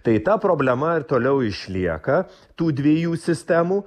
tai ta problema ir toliau išlieka tų dviejų sistemų